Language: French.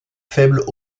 faibles